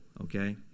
okay